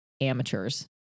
amateurs